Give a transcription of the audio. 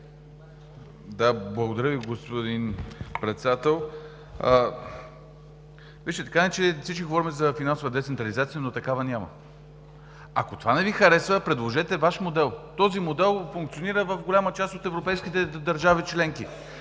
Благодаря Ви, господин Председател. Така или иначе всички говорим за финансова децентрализация, но такава няма. Ако това не Ви харесва, предложете Ваш модел. Този модел функционира в голяма част от европейските държави членки.